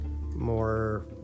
more